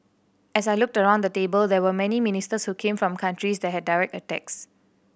as I looked around the table there were many ministers who came from countries that had direct attacks